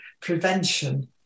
prevention